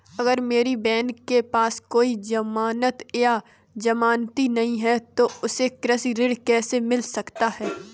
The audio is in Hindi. अगर मेरी बहन के पास कोई जमानत या जमानती नहीं है तो उसे कृषि ऋण कैसे मिल सकता है?